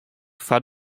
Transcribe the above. foar